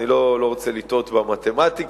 אני לא רוצה לטעות במתמטיקה,